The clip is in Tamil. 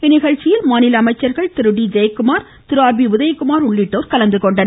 இந்நிகழ்ச்சியில் மாநில அமைச்சர்கள் திரு டி ஜெயகுமார் திரு ஆர் பி உதயகுமார் உள்ளிட்டோர் கலந்துகொண்டனர்